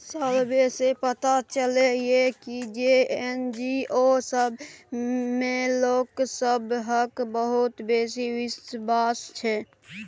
survey सँ पता चलले ये की जे एन.जी.ओ सब मे लोक सबहक बहुत बेसी बिश्वास छै